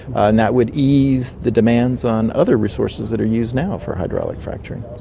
and that would ease the demands on other resources that are used now for hydraulic fracturing.